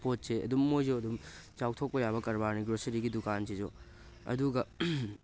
ꯄꯣꯠꯁꯤ ꯑꯗꯨꯝ ꯃꯣꯏꯁꯨ ꯑꯗꯨꯝ ꯆꯥꯎꯊꯣꯛꯄ ꯌꯥꯕ ꯀꯔꯕꯥꯔꯅꯤ ꯒ꯭ꯔꯣꯁꯔꯤꯒꯤ ꯗꯨꯀꯥꯟꯁꯤꯁꯨ ꯑꯗꯨꯒ